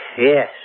yes